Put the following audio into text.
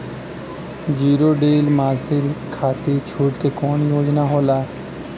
Zero till machine खाती छूट के कवन योजना होला?